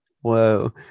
Whoa